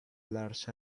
large